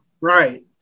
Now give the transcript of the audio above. Right